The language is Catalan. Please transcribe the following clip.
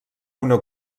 una